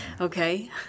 Okay